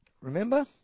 Remember